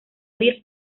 huir